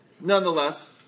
Nonetheless